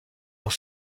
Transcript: dans